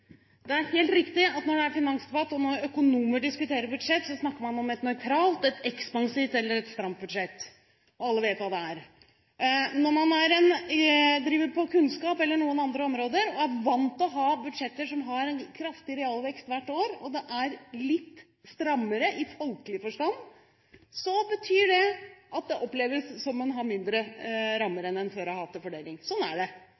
Det er helt riktig at når det er finansdebatt, og når økonomer diskuterer budsjett, snakker man om et nøytralt, et ekspansivt eller et stramt budsjett, og alle vet hva det er. Når man driver med kunnskap eller noen andre områder, og er vant til å ha budsjetter som har kraftig realvekst hvert år, og det er litt strammere, i folkelig forstand, betyr det at det oppleves som om en har mindre rammer enn en før har hatt til fordeling. Sånn er det.